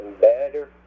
better